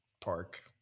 Park